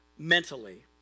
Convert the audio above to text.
mentally